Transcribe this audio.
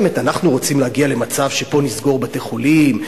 באמת אנחנו רוצים להגיע למצב שנסגור בתי-חולים,